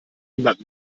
niemand